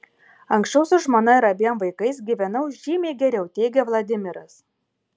anksčiau su žmona ir abiem vaikais gyvenau žymiai geriau teigia vladimiras